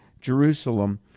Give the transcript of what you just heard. Jerusalem